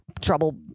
trouble